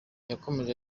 yakomeje